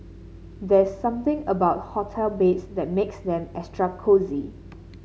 there's something about hotel beds that makes them extra cosy